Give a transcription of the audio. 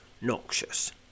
noxious